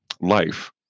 life